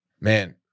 man